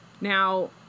Now